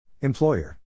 Employer